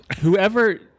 Whoever